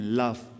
love